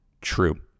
true